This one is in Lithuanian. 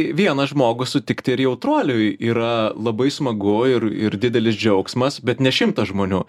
vieną žmogų sutikti ir jautruoliui yra labai smagu ir ir didelis džiaugsmas bet ne šimtą žmonių